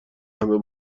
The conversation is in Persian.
همه